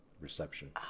reception